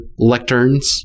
lecterns